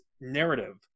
narrative